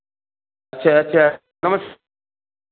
अच्छा अच्छा नमस्